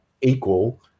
equal